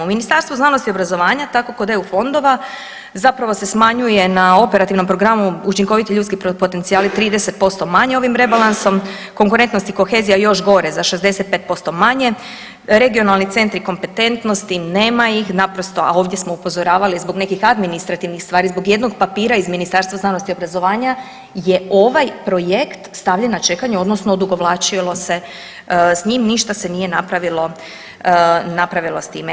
Ministarstvo znanosti i obrazovanja tako kod eu fondova zapravo se smanjuje na Operativnom programom Učinkoviti ljudski potencijali 30% manje ovim rebalansom, Konkurentnost i kohezija još gore za 65% manje, Regionalni centri kompetentnosti nema ih naprosto, a ovdje smo upozoravali zbog nekih administrativnih stvari, zbog jednog papira iz Ministarstva znanosti i obrazovanja je ovaj projekt stavljen na čekanje odnosno odugovlačilo se s njim, ništa se nije napravilo s time.